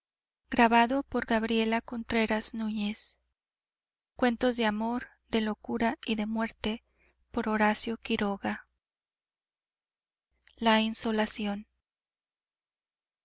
project gutenberg's cuentos de amor de locura y de muerte by horacio quiroga